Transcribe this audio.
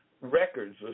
records